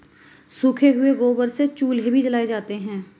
सूखे हुए गोबर से चूल्हे भी जलाए जाते हैं